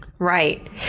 Right